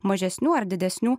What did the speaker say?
mažesnių ar didesnių